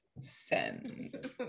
Send